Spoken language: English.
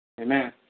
Amen